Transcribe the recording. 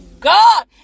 God